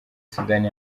sudani